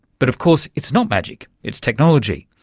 but of course it's not magic, it's technology.